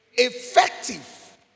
effective